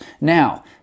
Now